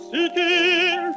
Seeking